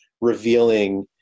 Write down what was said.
revealing